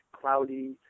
cloudy